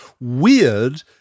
weird